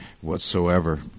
whatsoever